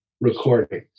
recording